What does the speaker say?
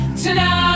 tonight